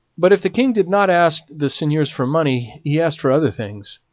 but if the king did not ask the seigneurs for money he asked for other things.